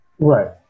right